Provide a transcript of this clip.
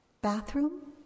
bathroom